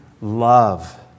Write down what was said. love